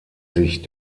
sich